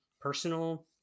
personal